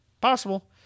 Possible